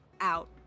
out